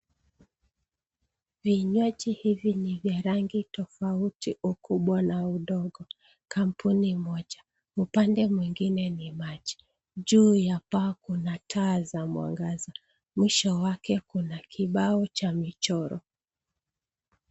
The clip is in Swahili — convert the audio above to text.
Vinywaji hivi ni vya rangi tofauti ukubwa na udogo, Kampuni moja. Upande mwingine ni maji. Juu ya paa kuna taa za mwangaza, mwisho wake kuna kibao cha michoro.